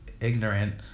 ignorant